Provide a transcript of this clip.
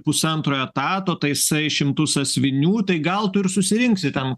pusantro etato taisai šmtus sąsiuvinių tai gal tu ir susirinksi ten